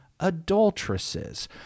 Adulteresses